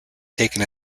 taken